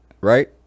Right